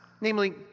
namely